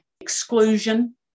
exclusion